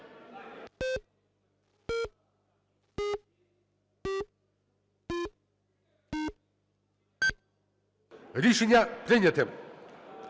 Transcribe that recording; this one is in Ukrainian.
Рішення прийнято.